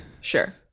Sure